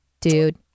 Dude